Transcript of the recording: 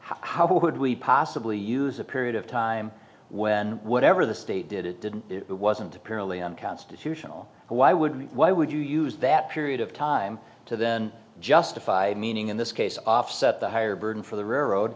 how could we possibly use a period of time when whatever the state did it didn't it wasn't apparently unconstitutional why would why would you use that period of time to then justify meaning in this case offset the higher burden for the railroad